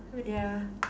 oh dear